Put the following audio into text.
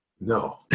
No